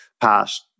passed